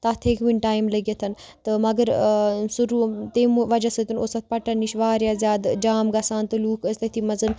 تَتھ ہیٚکہِ وٕنہِ ٹایم لٔگِتھ تہٕ مگر سُہ رو تٔمۍ وَجہ سۭتۍ اوس اَتھ پَٹَن نِش واریاہ زیادٕ جام گژھان تہٕ لوٗکھ ٲس تٔتھی منٛز